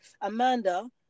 Amanda